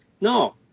No